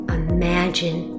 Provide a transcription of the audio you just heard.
imagine